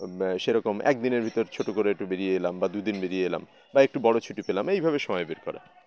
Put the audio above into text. সেরকম এক দিনের ভিতর ছোটো করে একটু বেরিয়ে এলাম বা দুদিন বেরিয়ে এলাম বা একটু বড়ো ছুটি পেলাম এইভাবে সময় বের করা